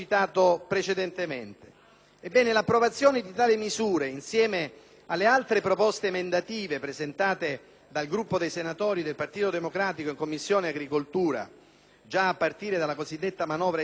l'approvazione di tali misure, insieme alle altre proposte emendative presentate dal Gruppo dei senatori del Partito Democratico in Commissione agricoltura (già a partire dalla cosiddetta manovra estiva, dal decreto-legge